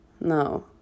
No